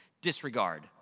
Disregard